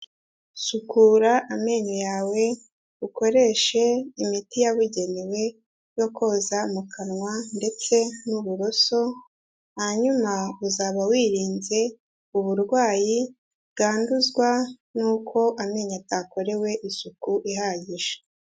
Sukura amenyo yawe, ukoreshe imiti yabugenewe yo koza mu kanwa ndetse n'uburoso hanyuma uzaba wirinze uburwayi bwanduzwa n'uko amenyo atakorewe isuku ihagije.